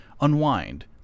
unwind